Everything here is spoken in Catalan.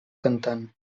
cantant